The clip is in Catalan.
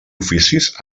oficis